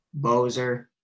bozer